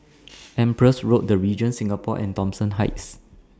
Empress Road The Regent Singapore and Thomson Heights